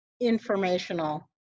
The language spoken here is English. informational